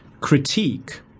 critique